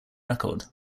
record